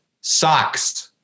socks